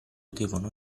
devono